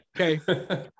okay